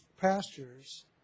pastures